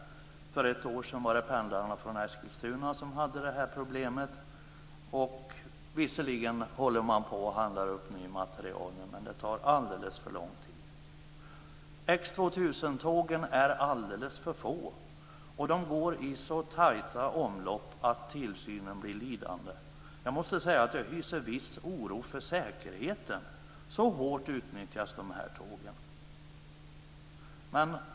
För ett år sedan var det pendlarna från Eskilstuna som hade detta problem. Visserligen håller man på att handla upp ny materiel, men det tar alldeles för lång tid. X 2000-tågen är alldeles för få. De går i så tajta omlopp att tillsynen blir lidande. Jag måste säga att jag hyser viss oro för säkerheten. Så hårt utnyttjas dessa tåg.